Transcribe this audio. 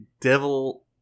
devil